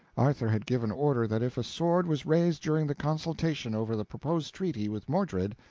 arthur had given order that if a sword was raised during the consultation over the proposed treaty with mordred,